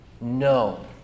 No